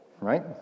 right